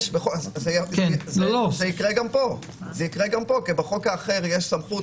וזה יקרה גם פה בחוק האחר יש סמכות